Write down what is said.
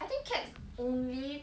I think cats only